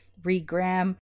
regram